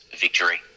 victory